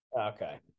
Okay